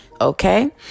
Okay